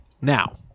Now